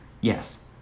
Yes